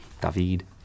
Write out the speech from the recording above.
David